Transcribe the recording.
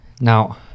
now